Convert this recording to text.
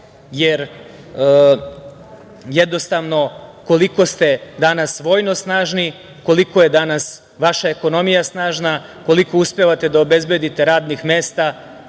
jer jednostavno koliko ste danas vojno snažni, koliko je danas vaša ekonomija snažna, koliko uspevate da obezbedite radnih mesta,